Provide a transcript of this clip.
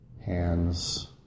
hands